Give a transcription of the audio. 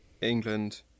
England